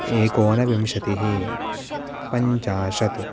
एकोनविंशतिः पञ्चाशत्